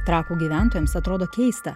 trakų gyventojams atrodo keista